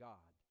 God